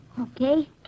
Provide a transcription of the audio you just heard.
Okay